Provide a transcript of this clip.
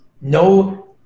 no